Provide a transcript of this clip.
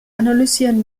analysieren